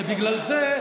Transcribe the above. שבגלל זה,